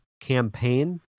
campaign